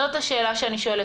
זאת השאלה שאני שואלת.